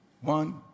One